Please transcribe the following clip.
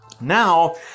now